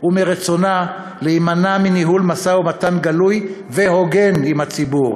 ומרצונה להימנע מניהול משא-ומתן גלוי והוגן עם הציבור.